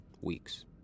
weeks